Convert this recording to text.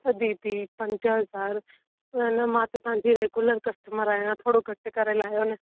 त दीदी पंज हज़ार न न मां त तव्हांजी रेगुलर कस्टमर आहियां थोरो घटि करे लाहियो न